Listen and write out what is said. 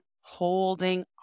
holding